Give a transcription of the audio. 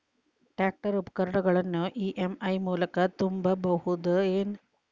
Tractor ಉಪಕರಣಗಳನ್ನು EMI ಮೂಲಕ ತುಂಬಬಹುದ ಏನ್?